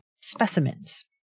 specimens